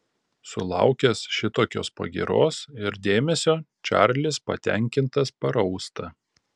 sulaukęs šitokios pagyros ir dėmesio čarlis patenkintas parausta